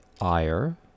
ire